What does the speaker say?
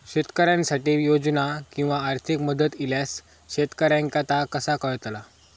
शेतकऱ्यांसाठी योजना किंवा आर्थिक मदत इल्यास शेतकऱ्यांका ता कसा कळतला?